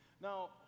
Now